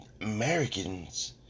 Americans